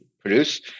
produce